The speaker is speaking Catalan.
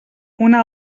una